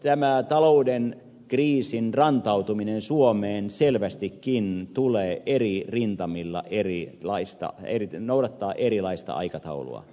tämä talouden kriisin rantautuminen suomeen selvästikin tulee eri rintamilla noudattaa erilaista aikataulua